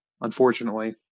unfortunately